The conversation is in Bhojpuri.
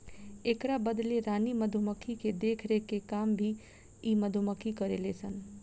एकरा बदले रानी मधुमक्खी के देखरेख के काम भी इ मधुमक्खी करेले सन